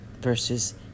versus